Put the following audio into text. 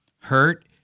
Hurt